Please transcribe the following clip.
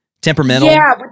temperamental